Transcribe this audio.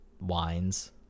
wines